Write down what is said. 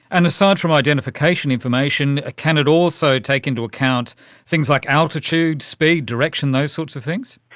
and aside from identification information, can it also take into account things like altitude, speed, direction, those sorts of things?